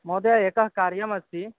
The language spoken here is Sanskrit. महोदया एकं कार्यम् अस्ति